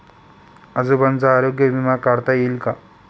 आजोबांचा आरोग्य विमा काढता येईल का?